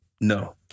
No